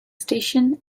station